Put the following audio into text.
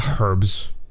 herbs